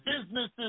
businesses